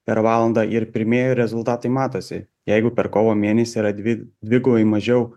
per valandą ir pirmieji rezultatai matosi jeigu per kovo mėnesį yra dvi dvigubai mažiau